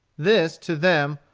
this, to them,